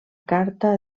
carta